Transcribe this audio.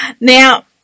Now